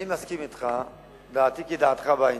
אני מסכים אתך, דעתי כדעתך בעניין.